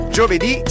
Giovedì